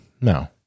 No